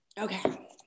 Okay